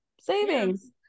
savings